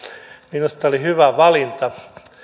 minusta oli hyvä valinta